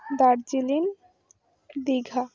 Darjeeling Digha